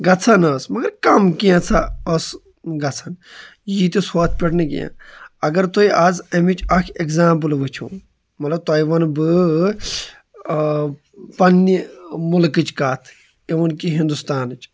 گژھان أس مَگر کَم کیٚنٛژھا ٲس گژھان ییٖتِس ہۄتھ پٮ۪ٹھ نہٕ کیٚنٛہہ اَگر تُہۍ آز اَمِچ اٮ۪کزامپٔل وٕچھِو مطلب تۄہہ وَنہٕ بہٕ پَنٕنہِ مُلکٕچ کَتھ اِؤن کہِ ہِنٛدُستانٕچ